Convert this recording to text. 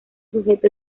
sujeto